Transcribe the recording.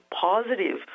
positive